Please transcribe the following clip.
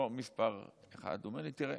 לא מספר אחת, הוא אומר לי: תראה,